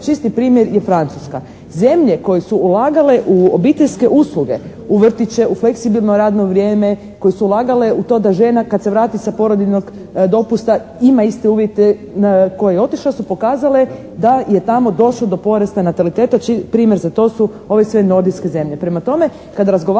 Čisti primjer je Francuska. Zemlje koje su ulagale u obiteljske usluge, u vrtiće, u fleksibilno radno vrijeme, koje su ulagale u to da žena kad se vrati sa porodiljnog dopusta ima iste uvjete na koje je otišla, su pokazale da je tamo došlo do porasta nataliteta čiji primjer za to su ove sve nordijske zemlje. Prema tome kada razgovaramo